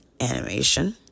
animation